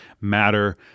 matter